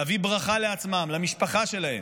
להביא ברכה לעצמם, למשפחה שלהם.